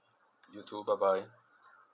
you too bye bye